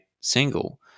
single